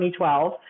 2012